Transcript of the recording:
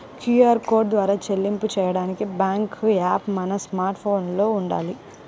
QR code ద్వారా చెల్లింపులు చెయ్యడానికి బ్యేంకు యాప్ మన స్మార్ట్ ఫోన్లో వుండాలి